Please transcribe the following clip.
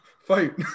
Fight